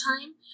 time